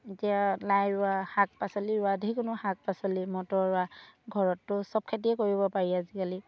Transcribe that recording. এতিয়া লাই ৰোৱা শাক পাচলি ৰোৱা যিকোনো শাক পাচলি মটৰ ৰোৱা ঘৰততো চব খেতিয়ে কৰিব পাৰি আজিকালি